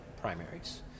primaries